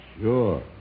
sure